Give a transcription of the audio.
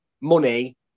money